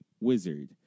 wizard